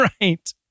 Right